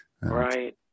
Right